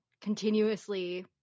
continuously